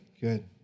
Good